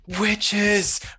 witches